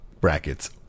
Brackets